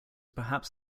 perhaps